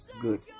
Good